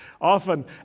Often